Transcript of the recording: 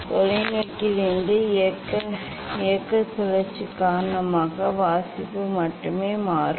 தொலைநோக்கியின் இயக்க சுழற்சி காரணமாக வாசிப்பு மட்டுமே மாறும்